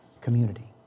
community